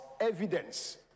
evidence